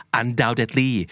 undoubtedly